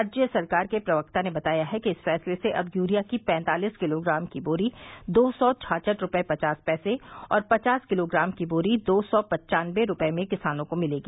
राज्य सरकार के प्रवक्ता ने बताया है कि इस फैसले से अब यूरिया की पैंतालिस किलोग्राम की बोरी दो सौ छाछठ रूपये पचास पैसे और पचास किलाग्राम की बोरी दो सौ पन्चानबे रूपये में किसानों को मिलेगी